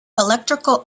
electrical